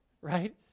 right